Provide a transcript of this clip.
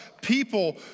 people